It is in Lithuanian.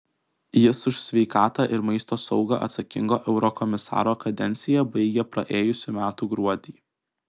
jis už sveikatą ir maisto saugą atsakingo eurokomisaro kadenciją baigė praėjusių metų gruodį